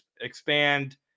expand